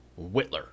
Whitler